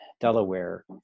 Delaware